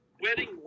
wedding